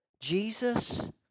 Jesus